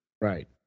Right